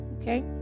Okay